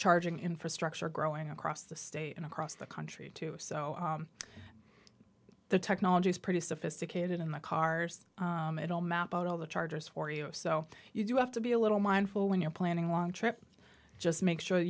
charging infrastructure growing across the state and across the country too so the technology is pretty sophisticated in the cars it all mapped out all the charges for you so you do have to be a little mindful when you're planning a long trip just make sure